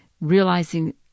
realizing